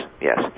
yes